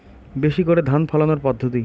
বেশি করে ধান ফলানোর পদ্ধতি?